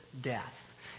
death